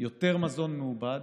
יותר מזון מעובד,